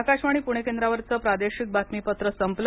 आकाशवाणी पुणे केंद्रावरचं प्रादेशिक बातमीपत्र संपलं